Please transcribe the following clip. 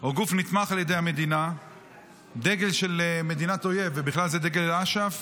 או גוף נתמך על ידי המדינה דגל של מדינת אויב ובכלל זה דגל אש"ף